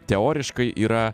teoriškai yra